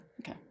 okay